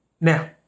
Now